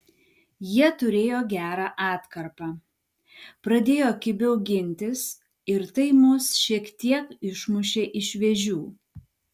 jie turėjo gerą atkarpą pradėjo kibiau gintis ir tai mus šiek tiek išmušė iš vėžių